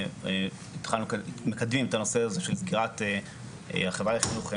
אנחנו מקדמים את הנושא של סגירת החברה לחינוך ימי.